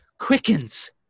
quickens